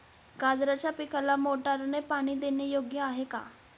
गाजराच्या पिकाला मोटारने पाणी देणे योग्य आहे का?